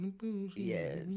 Yes